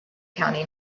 county